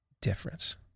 difference